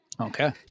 okay